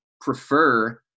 prefer